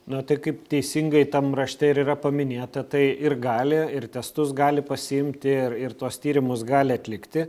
na tai kaip teisingai tam rašte ir yra paminėta tai ir gali ir testus gali pasiimti ir ir tuos tyrimus gali atlikti